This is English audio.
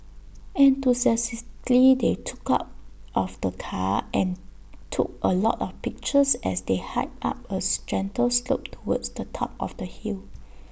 enthusiastically they took out of the car and took A lot of pictures as they hiked up A gentle slope towards the top of the hill